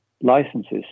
licenses